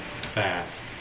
fast